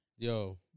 Yo